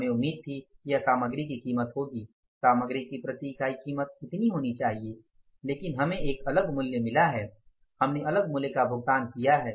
हमें उम्मीद थी कि यह सामग्री की कीमत होगी सामग्री की प्रति इकाई कीमत इतनी होना चाहिए लेकिन हमें एक अलग मूल्य मिला है हमने अलग मूल्य का भुगतान किया है